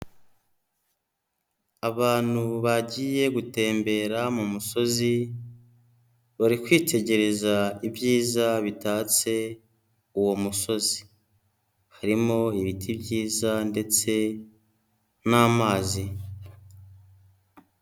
Abantu bagiye gutembera mu musozi, bari kwitegereza ibyiza bitatse uwo musozi. Harimo ibiti byiza ndetse n'amazi.